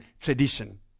tradition